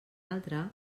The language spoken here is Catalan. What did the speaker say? altre